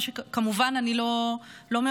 מה שכמובן אני לא מעודדת.